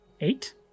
Eight